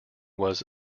was